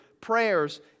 prayers